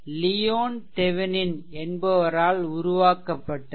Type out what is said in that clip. Leon Thevenin என்பவரால் உருவாக்கப்பட்டது